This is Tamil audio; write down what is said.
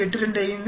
825 5